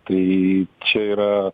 tai čia yra